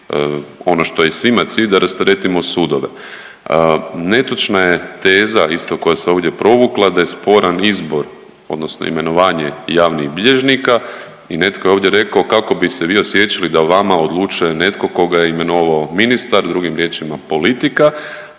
ono što je svima cilj da rasteretimo sudove. Netočna je teza isto koja se ovdje provukla da je sporan izbor, odnosno imenovanje javnih bilježnika. I netko je ovdje rekao kako bi se vi osjećali da o vama odlučuje netko koga je imenovao ministar, drugim riječima politika,